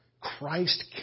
Christ